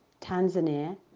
Tanzania